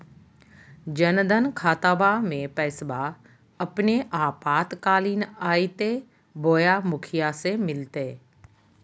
जन धन खाताबा में पैसबा अपने आपातकालीन आयते बोया मुखिया से मिलते?